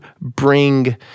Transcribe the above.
bring